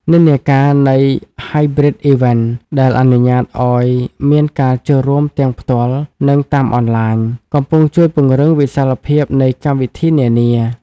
និន្នាការនៃ "Hybrid Events" ដែលអនុញ្ញាតឱ្យមានការចូលរួមទាំងផ្ទាល់ និងតាមអនឡាញ កំពុងជួយពង្រីកវិសាលភាពនៃកម្មវិធីនានា។